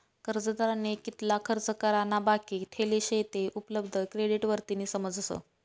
कर्जदारनी कितला खर्च करा ना बाकी ठेल शे ते उपलब्ध क्रेडिट वरतीन समजस